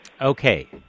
Okay